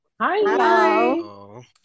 Hi